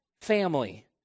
family